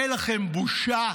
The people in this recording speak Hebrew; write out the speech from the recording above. אין לכם בושה?